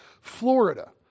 Florida